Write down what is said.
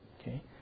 okay